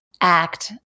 act